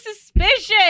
suspicious